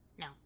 No